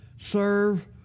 serve